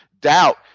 doubt